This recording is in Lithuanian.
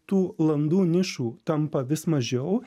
tų landų nišų tampa vis mažiau